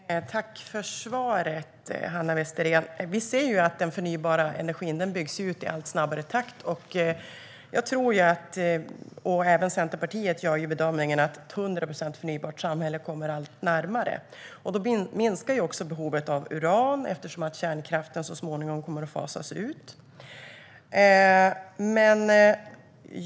Herr talman! Jag tackar Hanna Westerén för svaret. Vi ser att den förnybara energin byggs ut i allt snabbare takt. Jag och Centerpartiet gör bedömningen att ett hundra procent förnybart samhälle kommer allt närmare. Då minskar också behovet av uran, eftersom kärnkraften så småningom kommer att fasas ut.